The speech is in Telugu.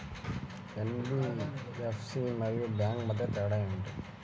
ఎన్.బీ.ఎఫ్.సి మరియు బ్యాంక్ మధ్య తేడా ఏమిటీ?